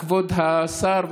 כבוד השר,